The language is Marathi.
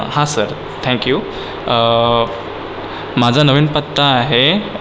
हां सर थँक्यू माझा नवीन पत्ता आहे